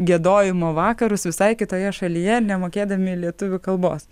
giedojimo vakarus visai kitoje šalyje nemokėdami lietuvių kalbos